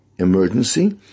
emergency